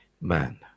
man